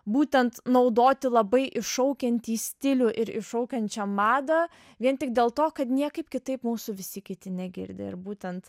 būtent naudoti labai iššaukiantį stilių ir iššaukiančią madą vien tik dėl to kad niekaip kitaip mūsų visi kiti negirdi ir būtent